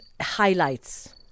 highlights